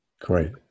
Great